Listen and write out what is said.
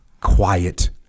quiet